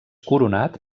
coronat